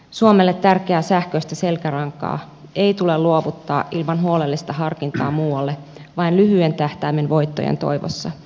suomelle tärkeää sähköistä selkärankaa ei tule luovuttaa ilman huolellista harkintaa muualle vain lyhyen tähtäimen voittojen toivossa